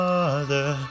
Father